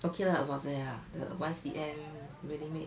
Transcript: okay lah about there lah the one C_M really make